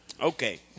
Okay